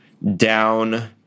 Down